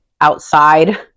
outside